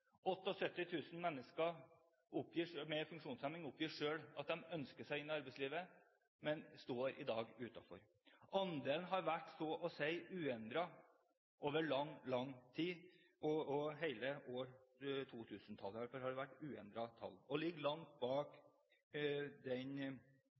men står i dag utenfor. Andelen har så å si vært uendret over lang, lang tid – på hele 2000-tallet har det vært uendrede tall – og ligger langt bak